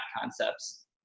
concepts